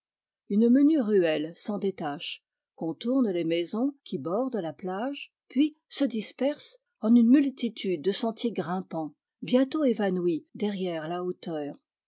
une menue ruelle s'en détache contourne les maisons qui bordent la plage puis se disperse en une multitude de sentiers grimpants bientôt évanouis derrière la hauteur